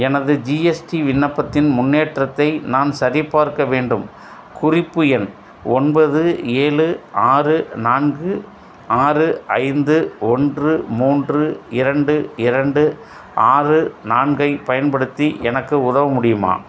எனது ஜிஎஸ்டி விண்ணப்பத்தின் முன்னேற்றத்தை நான் சரிபார்க்க வேண்டும் குறிப்பு எண் ஒன்பது ஏழு ஆறு நான்கு ஆறு ஐந்து ஒன்று மூன்று இரண்டு இரண்டு ஆறு நான்கை பயன்படுத்தி எனக்கு உதவ முடியுமா